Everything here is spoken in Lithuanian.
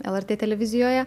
lrt televizijoje